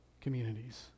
communities